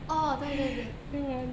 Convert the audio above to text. orh 对对对